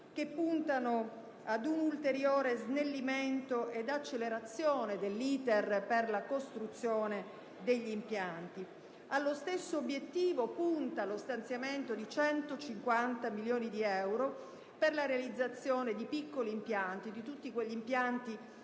che puntano ad un ulteriore snellimento ed accelerazione dell'*iter* per la costruzione degli impianti. Allo stesso obiettivo punta lo stanziamento di 150 milioni di euro per la realizzazione di piccoli impianti - di tutti quegli impianti